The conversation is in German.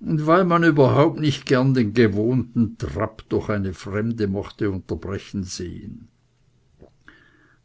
und weil man überhaupt nicht gern den gewohnten trab durch eine fremde mochte unterbrochen sehen